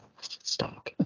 stop